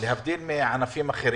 לעומת ענפים אחרים.